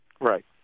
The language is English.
Right